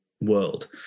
world